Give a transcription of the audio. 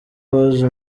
baje